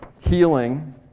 healing